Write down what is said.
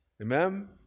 Amen